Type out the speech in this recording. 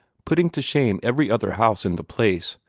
putting to shame every other house in the place,